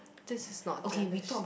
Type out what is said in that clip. this is not jealous